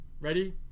Ready